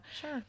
Sure